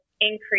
increase